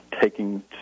taking